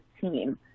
team